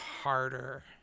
harder